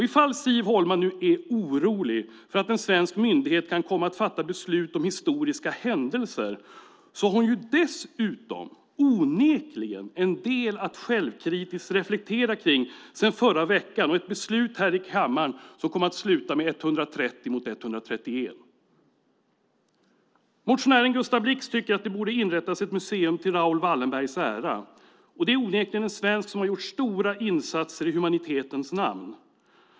Ifall Siv Holma nu är orolig för att en svensk myndighet kan komma att fatta beslut om historiska händelser har hon dessutom onekligen en del att självkritiskt reflektera över sedan förra veckan och ett beslut här i kammaren då det i voteringen blev 130 mot 131. Motionären Gustav Blix tycker att det borde inrättas ett museum till Raoul Wallenbergs ära. Det är onekligen en svensk som har gjort stora insatser i humanitetens namn.